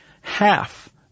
half